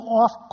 off